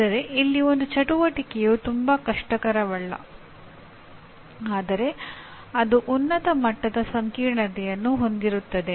ಆದರೆ ಇಲ್ಲಿ ಒಂದು ಚಟುವಟಿಕೆಯು ತುಂಬಾ ಕಷ್ಟಕರವಲ್ಲ ಆದರೆ ಅದು ಉನ್ನತ ಮಟ್ಟದ ಸಂಕೀರ್ಣತೆಯನ್ನು ಹೊಂದಿರುತ್ತದೆ